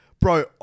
Bro